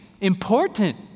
important